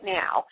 now